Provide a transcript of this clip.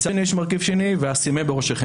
ויש מרכיב שני, "ואשימם בראשיכם".